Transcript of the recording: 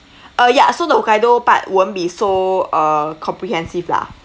uh ya so the hokkaido part won't be so uh comprehensive lah